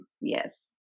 Yes